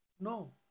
No